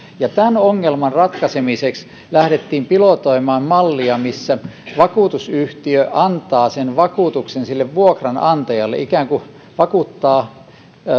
tämän ongelman ratkaisemiseksi lähdettiin pilotoimaan mallia missä vakuutusyhtiö antaa sen vakuutuksen sille vuokranantajalle joka ikään kuin vakuuttaa